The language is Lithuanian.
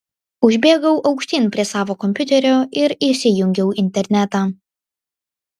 užbėgau aukštyn prie savo kompiuterio ir įsijungiau internetą